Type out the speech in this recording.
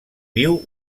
viu